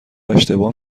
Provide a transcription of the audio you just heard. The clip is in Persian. اشتباه